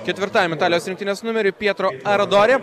ketvirtajam italijos rinktinės numeriu pietro aradori